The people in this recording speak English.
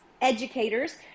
Educators